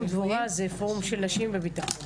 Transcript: זה פורום של נשים בביטחון.